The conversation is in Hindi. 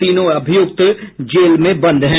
तीनों अभियुक्त जेल में बंद हैं